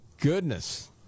goodness